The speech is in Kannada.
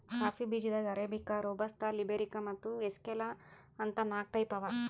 ಕಾಫಿ ಬೀಜಾದಾಗ್ ಅರೇಬಿಕಾ, ರೋಬಸ್ತಾ, ಲಿಬೆರಿಕಾ ಮತ್ತ್ ಎಸ್ಕೆಲ್ಸಾ ಅಂತ್ ನಾಕ್ ಟೈಪ್ ಅವಾ